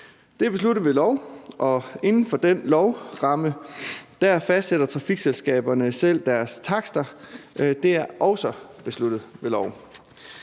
Det er besluttet ved lov. Og inden for den lovramme fastsætter trafikselskaberne selv deres takster. Det er også besluttet ved lov.